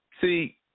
See